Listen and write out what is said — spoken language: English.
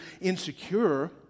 insecure